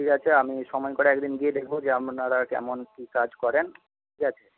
ঠিক আছে আমি সময় করে একদিন গিয়ে দেখব যে আপনারা কেমন কী কাজ করেন ঠিক আছে